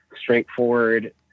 straightforward